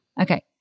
Okay